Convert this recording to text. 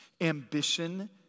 Ambition